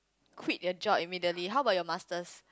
quit your job immediately how about your masters